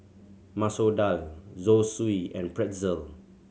Masoor Dal Zosui and Pretzel